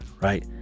Right